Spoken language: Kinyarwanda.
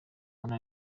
ntara